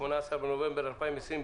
18 בנובמבר 2020,